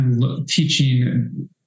teaching